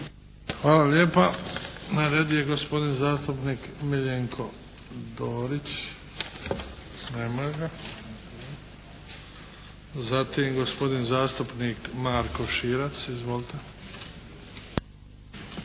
Hvala lijepa. Na redu je gospodin zastupnik Miljenko Dorić. Nema ga. Zatim, gospodin zastupnik Marko Širac. Izvolite.